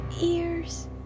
ears